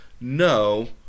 no